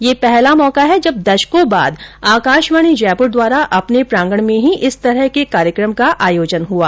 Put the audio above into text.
यह पहला मौका है जब दशकों के बाद आकाशवाणी जयपुर द्वारा अपने प्रांगण में ही इस प्रकार का कार्यक्रम का आयोजन हुआ